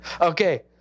Okay